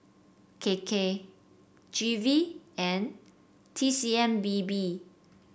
K K G V and T C M B B